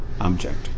object